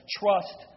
trust